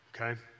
okay